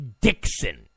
Dixon